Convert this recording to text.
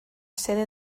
sede